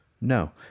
no